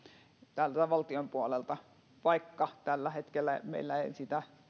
täältä valtion puolelta vaikka tällä hetkellä meillä sitä